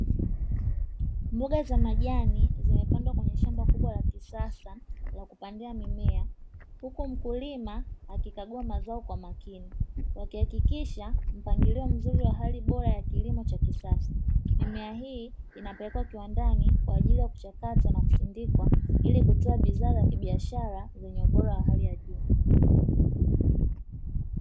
Mboga za majani zimepandwa kwenye shamba kubwa la kisasa la kupandia mimea, huku mkulima akikagua mazao kwa makini, akihakikisha mpangilio mzuri wa hali bora ya kilimo cha kisasa. Mimea hii inapelekwa kiwandani kwa ajili ya kuchakatwa na kusindikwa, ili kutoa bidhaa za kibiashara zenye ubora wa hali ya juu.